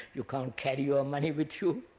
you can't carry your money with you,